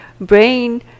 brain